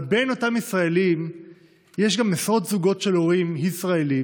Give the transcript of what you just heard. אבל בין אותם ישראלים יש גם עשרות זוגות של הורים ישראלים,